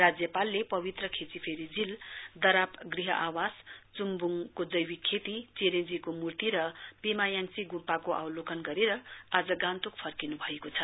राज्यपालले पवित्र खेचोपेरी झील दराम गृह आवास चुम्वुङको जैविक खेती चेरेंजीको मूर्ति र पेमायाञ्ची गुम्पाको अवलोकन गरेर आज गान्तोक फर्किनुभएको छ